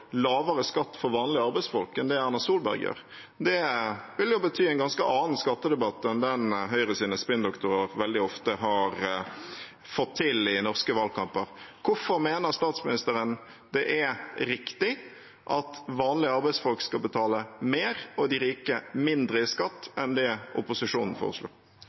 lavere skatt for vanlige arbeidsfolk enn det Erna Solberg gjør. Det vil bety en ganske annen skattedebatt enn den Høyres spinndoktorer veldig ofte har fått til i norske valgkamper. Hvorfor mener statsministeren det er riktig at vanlige arbeidsfolk skal betale mer og de rike mindre i skatt enn det opposisjonen